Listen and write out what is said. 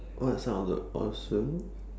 what are some of the awesome